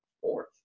fourth